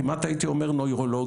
כמעט הייתי אומר נירולוגית.